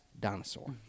dinosaur